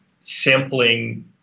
sampling